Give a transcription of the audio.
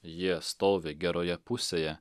jie stovi geroje pusėje